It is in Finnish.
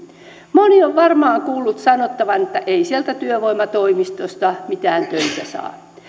moni on varmaan kuullut sanottavan että ei sieltä työvoimatoimistosta mitään töitä saa